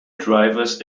drivers